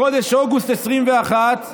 בחודש אוגוסט 2021,